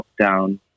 lockdown